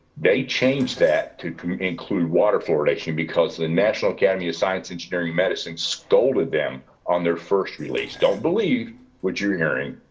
they changed that to include water fluoridation because of the national academy of science engineering medicine, scolded them on their first release. don't believe what you're hearing.